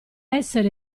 essere